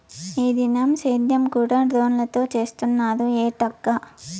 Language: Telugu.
ఈ దినం సేద్యం కూడ డ్రోన్లతో చేస్తున్నారు ఎట్టాగా